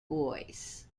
voice